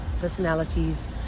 personalities